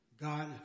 God